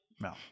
No